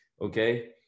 Okay